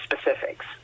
specifics